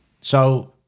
So-